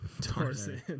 Tarzan